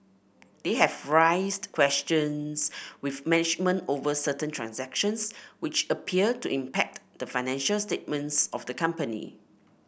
they have raised questions with management over certain transactions which appear to impact the financial statements of the company